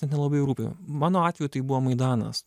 net nelabai rūpi mano atveju tai buvo maidanas